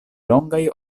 longaj